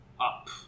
up